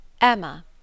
Emma